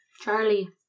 Charlie